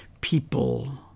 people